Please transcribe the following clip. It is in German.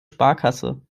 sparkasse